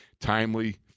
Timely